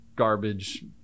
garbage